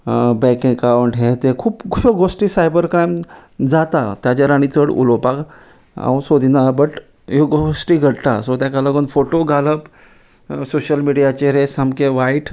bank एकट हे तें खूबश्यो गोश्टी सायबर क्रायम जाता ताजेर आनी चड उलोवपाक हांव सोदिना बट ह्यो गोश्टी घडटा सो तेका लागून फोटो घालप सोशल मिडियाचेर हे सामके वायट